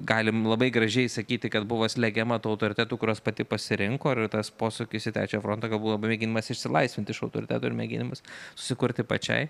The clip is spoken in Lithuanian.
galim labai gražiai sakyti kad buvo slegiama tų autoritetų kuriuos pati pasirinko ir tas posūkis į trečią frontą gal buvo mėginimas išsilaisvinti iš autoritetų ir mėginimas susikurti pačiai